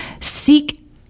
Seek